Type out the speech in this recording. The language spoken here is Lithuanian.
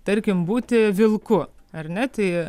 tarkim būti vilku ar ne tai